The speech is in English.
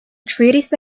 treatise